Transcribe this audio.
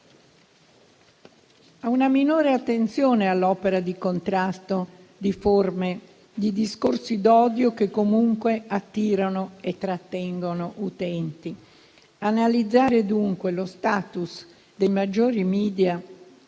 a una minore attenzione all'opera di contrasto di forme di discorsi d'odio che comunque attirano e trattengono utenti. Analizzare, dunque, lo *status* dei maggiori *media*